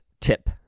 tip